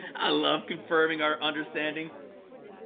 i love confirming our understanding